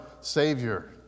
Savior